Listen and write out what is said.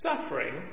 Suffering